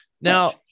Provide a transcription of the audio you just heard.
now